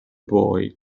boy